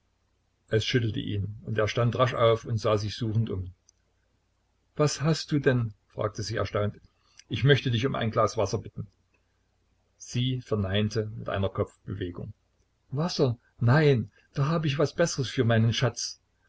es schüttelte ihn und er stand rasch auf und sah sich suchend um was hast du denn fragte sie erstaunt ich möchte dich um ein glas wasser bitten sie verneinte mit einer kopfbewegung wasser nein da habe ich was besseres für meinen schatz